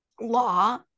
law